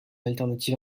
alternative